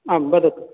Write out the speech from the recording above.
आं वदतु